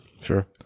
sure